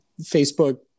Facebook